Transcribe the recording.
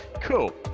Cool